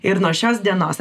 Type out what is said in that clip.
ir nuo šios dienos